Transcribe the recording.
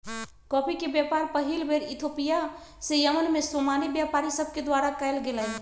coffee के व्यापार पहिल बेर इथोपिया से यमन में सोमाली व्यापारि सभके द्वारा कयल गेलइ